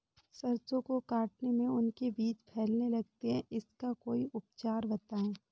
सरसो को काटने में उनके बीज फैलने लगते हैं इसका कोई उपचार बताएं?